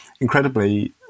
incredibly